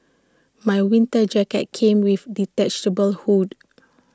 my winter jacket came with detachable hood